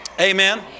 Amen